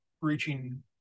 reaching